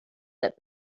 that